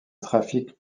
trafic